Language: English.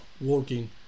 working